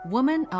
Woman